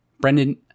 Brendan